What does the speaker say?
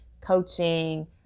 coaching